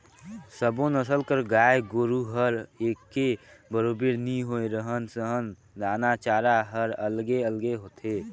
सब्बो नसल कर गाय गोरु हर एके बरोबर नी होय, रहन सहन, दाना चारा हर अलगे अलगे होथे